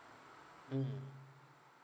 mm